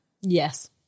Yes